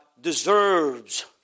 deserves